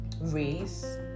race